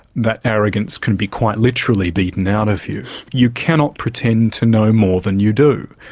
that arrogance can be quite literally beaten out of you. you cannot pretend to know more than you do,